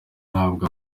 ntabwo